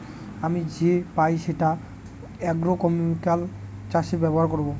আমি যে পাই সেটা আগ্রোকেমিকাল চাষে ব্যবহার করবো